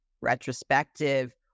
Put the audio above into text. retrospective